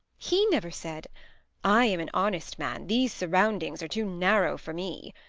he never said i am an honest man these surroundings are too narrow for me.